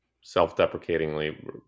self-deprecatingly